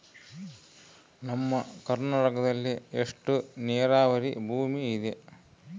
ನಮ್ಮ ಕರ್ನಾಟಕದಲ್ಲಿ ಎಷ್ಟು ನೇರಾವರಿ ಭೂಮಿ ಇದೆ?